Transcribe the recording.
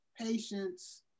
patience